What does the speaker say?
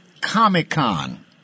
Comic-Con